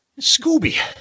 Scooby